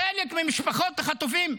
חלק ממשפחות החטופים,